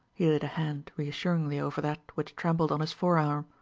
he laid a hand reassuringly over that which trembled on his forearm.